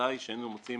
ודאי שהיינו מוצאים